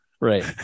Right